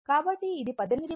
2 o